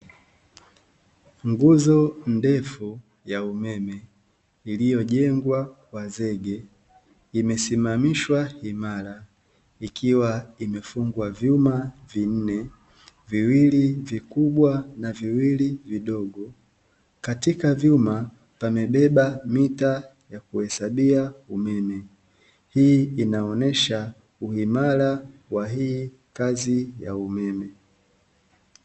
Nguzo ndefu ya umeme iliyojengwa kwa zege imesimamishwa imara ikiwa imefungwa vyuma vinne, viwili vikubwa na viwili vidogo katika vyuma pamebeba mita ya kuhesabia umeme, hii inaonyesha huimara wa hii kazi ya umeme.